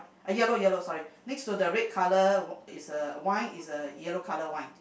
uh yellow yellow sorry next to the red colour is a wine is a yellow colour wine